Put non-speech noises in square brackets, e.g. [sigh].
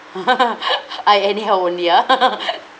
[laughs] [breath] I anyhow only ah [laughs] [breath]